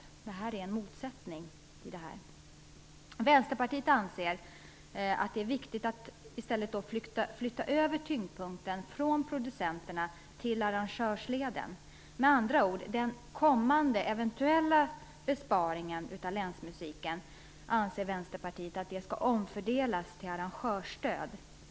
Det är en motsättning i detta. Vänsterpartiet anser att det är viktigt att i stället flytta över tyngdpunkten från producenterna till arrangörsleden. Vänsterpartiet anser med andra ord att den kommande eventuella besparingen av länsmusiken skall omfördelas till arrangörsstöd.